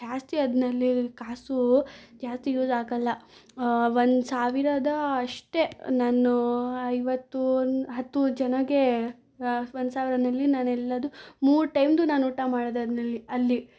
ಜಾಸ್ತಿ ಅದ್ರಲ್ಲಿ ಕಾಸು ಜಾಸ್ತಿ ಯೂಸ್ ಆಗಲ್ಲ ಒಂದು ಸಾವಿರದ ಅಷ್ಟೆ ನಾನು ಐವತ್ತು ಹತ್ತು ಜನಗೆ ಒಂದು ಸಾವಿರದಲ್ಲಿ ನಾನೆಲ್ಲದು ಮೂರು ಟೈಮ್ದು ನಾನು ಊಟ ಮಾಡಿದೆ ಅದ್ರಲ್ಲಿ ಅಲ್ಲಿ